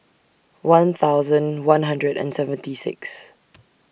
one thousand one hundred and seventy six